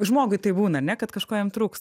žmogui taip būn ar ne kad kažko jam trūks